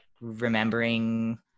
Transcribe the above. remembering